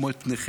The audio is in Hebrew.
כמו את פניכם,